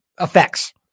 effects